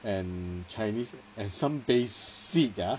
and chinese and some basic ah